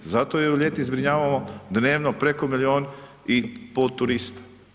Zato jel ljeti zbrinjavamo dnevno preko milijun i pol turista.